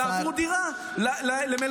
אלא עברו דירה למלונות.